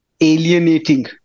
alienating